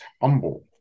humble